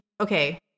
okay